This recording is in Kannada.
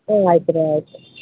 ಹ್ಞೂ ಆಯಿತು ರೀ ಆಯಿತು